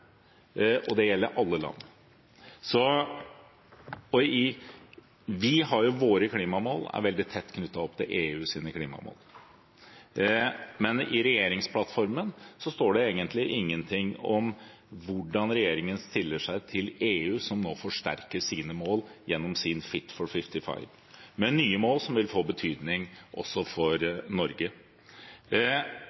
og flere tiltak. Og det gjelder alle land. Vi har våre klimamål, og de er veldig tett knyttet opp til EUs klimamål. Men i regjeringsplattformen står det egentlig ingenting om hvordan regjeringen stiller seg til EU, som nå forsterker sine mål gjennom sin Fit for 55 med nye mål som vil få betydning også for